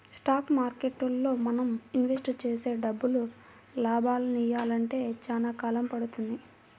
stock మార్కెట్టులో మనం invest చేసే డబ్బులు లాభాలనియ్యాలంటే చానా కాలం పడుతుంది